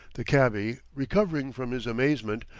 the cabby, recovering from his amazement,